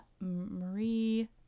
Marie